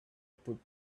put